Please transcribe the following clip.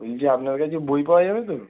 বলছি আপনার কাছে বই পাওয়া যাবে তো